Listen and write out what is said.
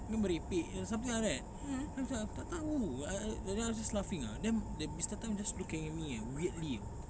ni merepek jer something like that then I macam tak tahu I I then I was just laughing ah then the mister tan was just looking at me eh weirdly tahu